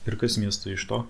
ir kas miestui iš to